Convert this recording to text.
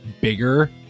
bigger